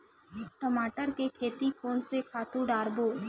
टमाटर के खेती कोन से खातु डारबो?